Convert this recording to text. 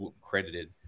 credited